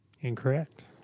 Incorrect